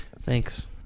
Thanks